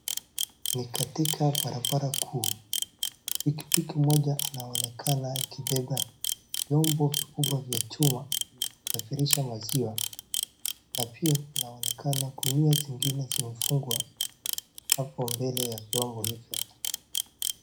Ni katika barabara kuu. Pikipiki moja inaonekana ikibeba vyombo vikubwa vya chuma kusafirisha maziwa na pia inaonekana gunia zingine zimefungwa hapo mbele ya vyombo hivyo.